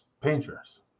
painters